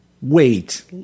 Wait